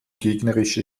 gegnerische